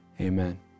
amen